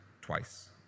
twice